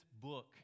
book